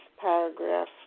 paragraph